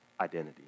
identity